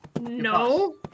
No